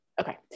Okay